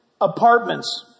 apartments